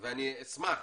ואני אשמח